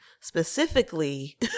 specifically